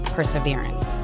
perseverance